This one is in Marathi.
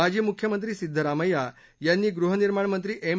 माजी मुख्यमंत्री सिद्धराभैया यांनी गृहनिर्माण मंत्री एम